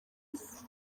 isi